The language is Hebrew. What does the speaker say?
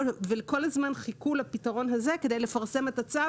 כל הזמן חיכו לפתרון הזה כדי לפרסם את הצו